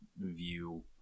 view